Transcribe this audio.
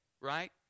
right